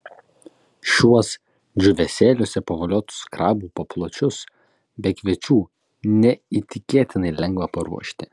šiuos džiūvėsėliuose pavoliotus krabų papločius be kviečių neįtikėtinai lengva paruošti